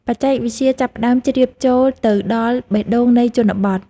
បច្ចេកវិទ្យាចាប់ផ្ដើមជ្រាបចូលទៅដល់បេះដូងនៃជនបទ។